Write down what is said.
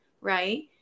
right